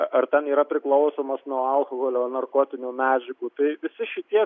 ar ten yra priklausomas nuo alkoholio narkotinių medžiagų tai visi šitie